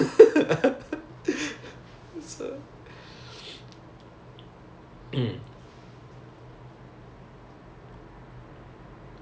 ya some of like one lecturer right everything also he will ask you got kena target before or not